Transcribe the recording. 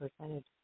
percentage